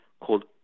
called